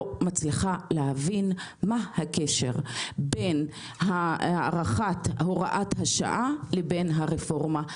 מצליחה להבין מה הקשר בין הארכת הוראת השעה לבין הרפורמה.